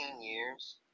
years